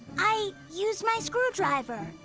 i used my screwdriver.